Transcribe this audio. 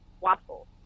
Waffle